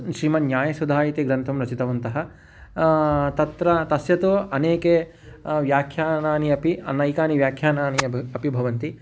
श्रीमन्न्यायसुधा इति ग्रन्थं रचितवन्तः तत्र तस्य तु अनेके व्याख्यानानि अपि अनेकानि व्याख्यानानि अपि भवन्ति